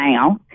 now